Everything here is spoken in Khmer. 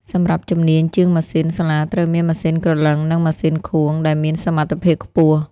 សម្រាប់ជំនាញ ជាងម៉ាស៊ីន សាលាត្រូវមាន ម៉ាស៊ីនក្រឡឹង និង ម៉ាស៊ីនខួង ដែលមានសមត្ថភាពខ្ពស់។